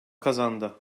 kazandı